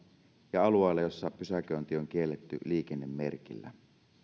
ja alueilla joilla pysäköinti on kielletty liikennemerkillä